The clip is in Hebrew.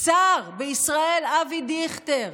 שר בישראל אבי דיכטר,